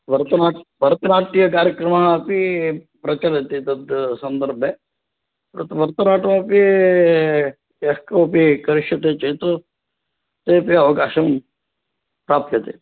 भरतनाट् भरतनाट्यकार्यक्रमः अपि प्रचलति तत् सन्दर्भे भरतनाट्यमपि यः कोपि करीष्यति चेत् ते अपि अवकाशं प्राप्यते